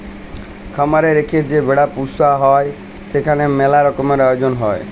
খামার এ রেখে যে ভেড়া পুসা হ্যয় সেখালে ম্যালা রকমের আয়জল হ্য়য়